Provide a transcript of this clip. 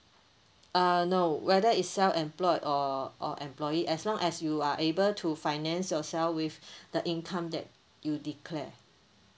uh no whether it's self employed or or employee as long as you are able to finance yourself with the income that you declare